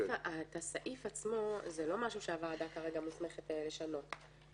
הסעיף עצמו זה לא משהו שהוועדה מוסמכת לשנות כרגע.